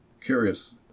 curious